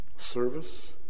Service